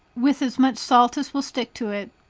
with as much salt as will stick to it,